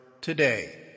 today